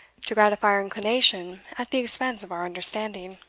to gratify our inclination at the expense of our understanding.